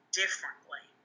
differently